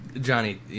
Johnny